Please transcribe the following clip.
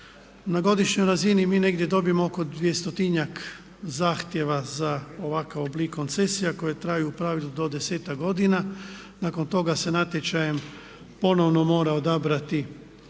Na godišnjoj razini mi negdje dobijemo oko dvjestotinjak zahtjeva za ovakav oblik koncesija koje traju u pravilu do desetak godina, nakon toga se natječajem ponovno mora odabrati